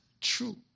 true